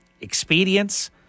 expedience